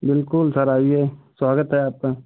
बिल्कुल सर आइए स्वागत है आपका